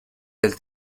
del